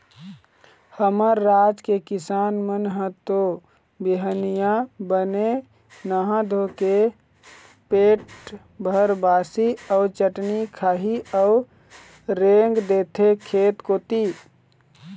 हमर राज के किसान मन ह तो बिहनिया बने नहा धोके पेट भर बासी अउ चटनी खाही अउ रेंग देथे खेत कोती